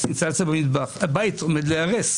הבית עומד להיהרס.